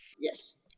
Yes